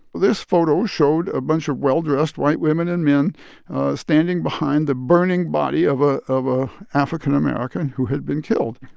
this photo showed a bunch of well-dressed white women and men standing behind the burning body of ah of a african-american who had been killed.